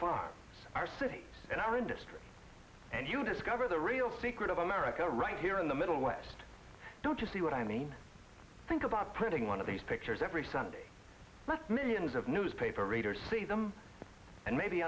farm our cities and our industry and you discover the real secret of america right here in the middle west don't you see what i mean think about printing one of these pictures every sunday millions of newspaper readers see them and maybe